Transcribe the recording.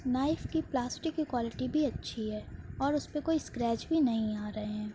knife کی plastic کی quality بھی اچھی ہے اور اس پہ کوئی اسکریچ بھی نہیں آ رہے ہیں